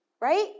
right